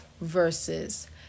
verses